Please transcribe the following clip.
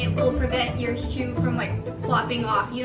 and will prevent your shoe from like flapping off. yeah